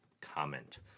comment